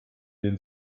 den